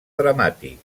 dramàtic